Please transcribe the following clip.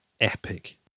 epic